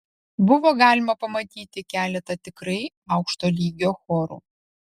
buvo galima pamatyti keletą tikrai aukšto lygio chorų